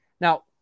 Now